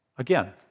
Again